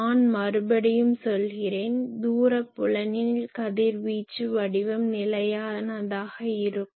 நான் மறுபடியும் சொல்கிறேன் தூரப்புலனில் கதிர்வீச்சு வடிவம் நிலையானதாக இருக்கும்